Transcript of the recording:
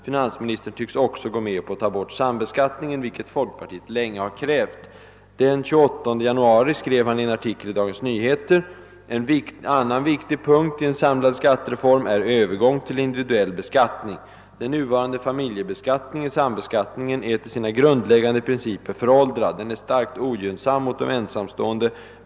Finansministern tycks också gå med på att ta bort sambeskattningen, vilket folkpartiet länge krävt.> Den 28 januari skrev han i en artikel i Dagens Nyheter: >»En annan viktig punkt i en samlad skattereform är övergång till individuell beskattning. Den nuvarande familjebeskattningen, sambeskattningen, är till sina grundläggande principer föråldrad. Den är starkt ogynnsam mot de ensamstående.